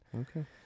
Okay